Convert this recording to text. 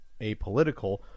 apolitical